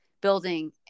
building